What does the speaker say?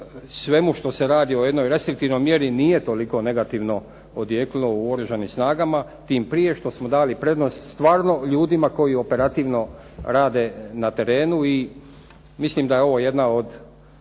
svemu što se radi o jednoj restriktivnoj mjeri nije toliko negativno odjeknulo u oružanim snagama, tim prije što smo dali prednost stvarno ljudima koji operativno rade na terenu i mislim da je ovo jedna od